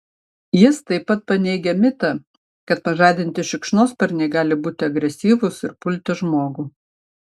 jis taip pat paneigia mitą kad pažadinti šikšnosparniai gali būti agresyvūs ir pulti žmogų